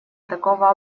такого